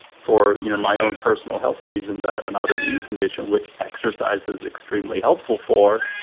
for you know my own personal health reasons, i have an autoimmune condition which exercises extremely helpful for,